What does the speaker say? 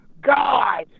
God